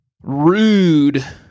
Rude